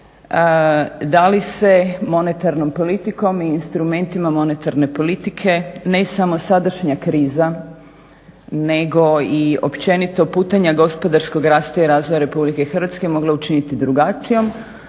da li se monetarnom politikom i instrumentima monetarne politike ne samo sadašnja kriza nego i općenito putanja gospodarskog rasta i razvoja RH mogla učiniti drugačijom,